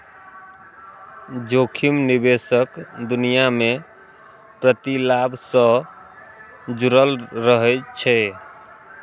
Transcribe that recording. जोखिम निवेशक दुनिया मे प्रतिलाभ सं जुड़ल रहै छै